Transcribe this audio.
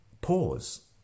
pause